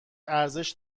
ارزش